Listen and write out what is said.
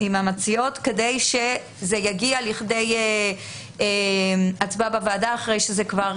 לכדי הצבעה בוועדה אחרי שזה כבר בהסכמת המציעות,